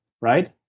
right